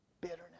Bitterness